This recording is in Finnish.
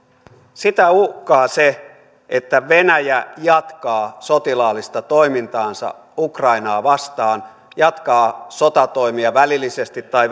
sitä uhkaa se että venäjä jatkaa sotilaallista toimintaansa ukrainaa vastaan jatkaa sotatoimia välillisesti tai